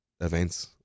events